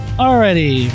Alrighty